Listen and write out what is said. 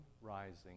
rising